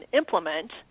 implement